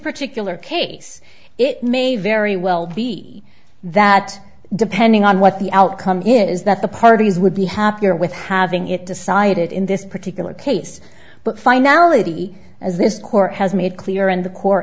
particular case it may very well be that depending on what the outcome is that the parties would be happier with having it decided in this particular case but finality as this court has made clear in the co